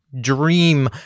dream